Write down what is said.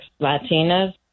Latinas